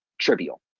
trivial